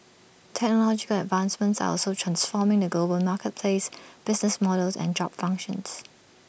technological advancements are also transforming the global marketplace business models and job functions